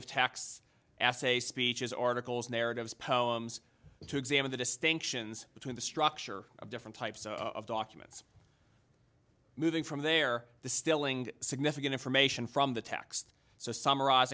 of tax assets speeches articles narratives poems to examine the distinctions between the structure of different types of documents moving from there the stilling significant information from the text so summariz